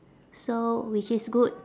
so which is good